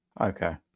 Okay